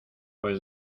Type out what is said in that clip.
pues